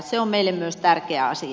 se on meille myös tärkeä asia